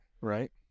right